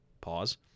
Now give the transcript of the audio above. Pause